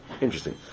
Interesting